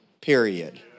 period